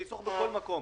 שיצרוך בכל מקום.